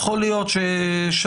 אני חושבת שיש